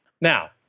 Now